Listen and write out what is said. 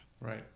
Right